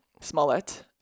Smollett